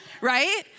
Right